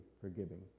forgiving